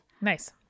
Nice